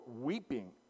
weeping